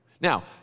Now